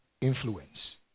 influence